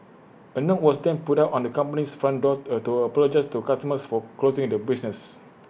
A note was then put up on the company's front door to apologise to customers for closing the business